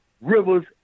Rivers